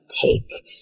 take